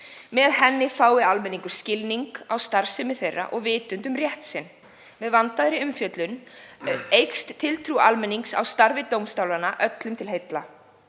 Með henni fái almenningur skilning á starfsemi þeirra og vitund um rétt sinn. Með vandaðri umfjöllun aukist tiltrú almennings á starfi dómstólanna öllum til heilla.